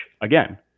again